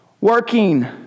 working